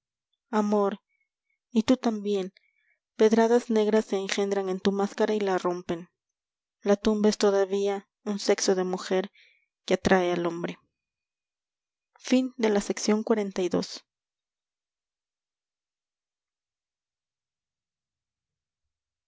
amor y tú también pedradas negras se engendran en tu máscara y la rompen la tumba es todavía un sexo de mujer que atrae al hombre